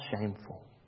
shameful